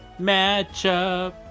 matchup